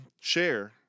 share